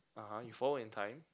(uh huh) you forward in time